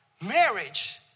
marriage